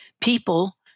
people